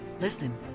listen